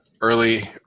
early